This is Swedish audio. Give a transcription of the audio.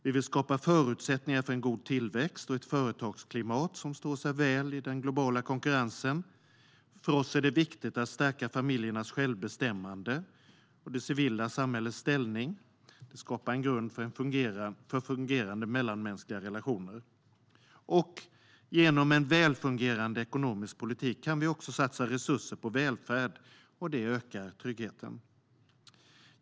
Vi vill skapa förutsättningar för en god tillväxt och ett företagsklimat som står sig väl i den globala konkurrensen. För oss är det viktigt att stärka familjernas självbestämmande, och det civila samhällets ställning skapar en grund för fungerande mellanmänskliga relationer. Genom en väl fungerande ekonomisk politik kan vi också satsa resurser på välfärd, vilket ökar tryggheten.